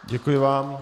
Děkuji vám.